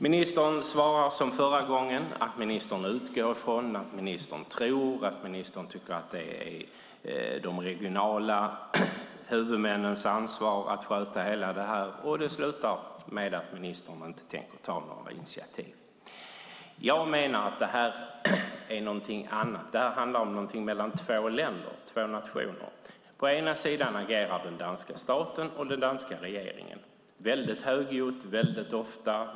Ministern svarar som förra gången att ministern utgår från att det är de regionala huvudmännens ansvar att sköta det här. Det slutar med att ministern inte tänker ta några initiativ. Jag menar att det här är något annat. Det handlar om två nationer. På den ena sidan agerar den danska staten och den danska regeringen väldigt högljutt.